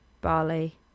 Bali